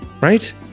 right